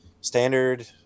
standard